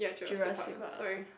Jurassic Park